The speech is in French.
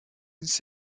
est